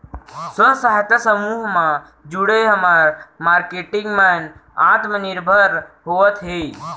स्व सहायता समूह म जुड़े हमर मारकेटिंग मन आत्मनिरभर होवत हे